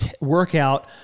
workout